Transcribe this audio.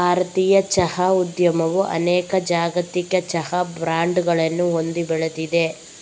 ಭಾರತೀಯ ಚಹಾ ಉದ್ಯಮವು ಅನೇಕ ಜಾಗತಿಕ ಚಹಾ ಬ್ರಾಂಡುಗಳನ್ನು ಹೊಂದಿ ಬೆಳೆದಿದೆ